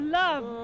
love